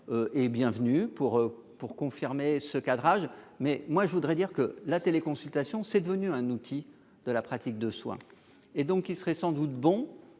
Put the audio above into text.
et bienvenue pour pour confirmer ce cadrage mais moi je voudrais dire que la téléconsultation c'est devenu un outil de la pratique de soins et donc, il serait sans doute bon